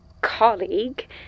colleague